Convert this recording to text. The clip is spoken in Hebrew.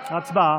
הצבעה.